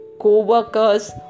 co-workers